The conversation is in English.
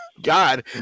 god